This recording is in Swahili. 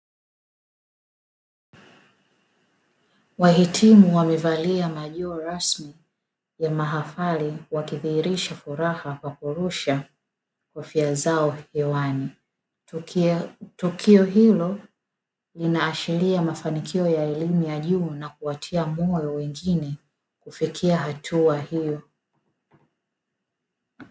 Wahitimu wamevalia majoho rasmi ya mahafali wakidhihirisha furaha kwa kurusha kofia zao hewani. Tukio hilo linaashiria mafanikio ya elimu ya juu na kuwatia moyo wengine kufikia hatua hiyo.